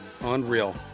unreal